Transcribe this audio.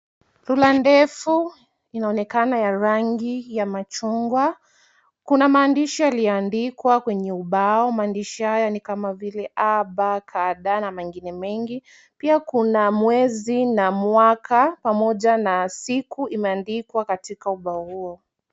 Rula ndefu inaonekana ya rangi ya machungwa. Kuna maandishi yalioandikwa kwenye ubao, maandishi hayo ni kama vile a, b, c, d, na mengine mengi, pia kuna mwezi na mwaka, pamoja na siku imeandikwa kwenye ubao hio.